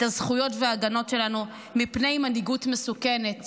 את הזכויות וההגנות שלנו מפני מנהיגות מסוכנת